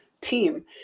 team